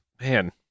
Man